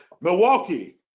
Milwaukee